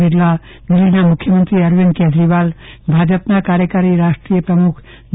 બિરલા દિલ્હીના મુખ્યમંત્રી અરવિંદ કેજરીવાલ ભાજપના કાર્યકારી રાષ્ટ્રીય પ્રમુખ જે